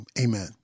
amen